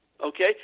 Okay